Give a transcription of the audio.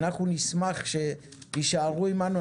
אנחנו נשמח שיישארו עמנו,